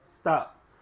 Stop